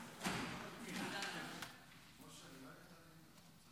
אל-מסג'ד אל-אקצא.